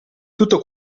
tutto